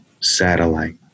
satellite